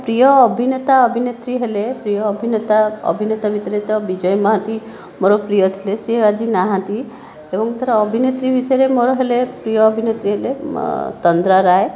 ପ୍ରିୟ ଅଭିନେତା ଅଭିନେତ୍ରୀ ହେଲେ ପ୍ରିୟ ଅଭିନେତା ଅଭିନେତା ଭିତେରେ ତ ବିଜୟ ମହାନ୍ତି ମୋର ପ୍ରିୟ ଥିଲେ ସେ ଆଜି ନାହାନ୍ତି ଏବଂ ତା'ର ଅଭିନେତ୍ରୀ ବିଷୟରେ ମୋର ହେଲେ ପ୍ରିୟ ଅଭିନେତ୍ରୀ ହେଲେ ତନ୍ଦ୍ରା ରାୟ